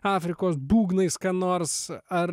afrikos būgnais ką nors ar